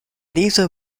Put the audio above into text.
dieser